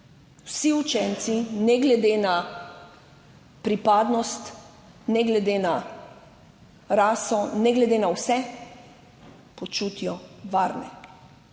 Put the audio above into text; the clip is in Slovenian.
vsi učenci ne glede na pripadnost, ne glede na raso, ne glede na vse, počutijo varne.